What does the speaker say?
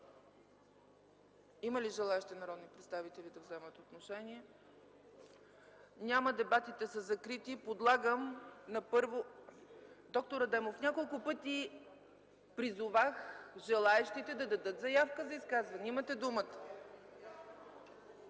Има ли желаещи народни представители да вземат отношение? Няма. Дебатите са закрити. Подлагам на първо ... Доктор Адемов, няколко пъти призовах желаещите да дадат заявка за изказване! Имате думата.